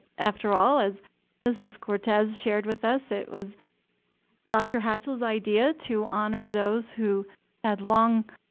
after all, as mrs. cortez shared with us, it was dr. hatchell's idea to honor those who had long,